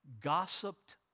gossiped